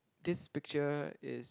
this picture is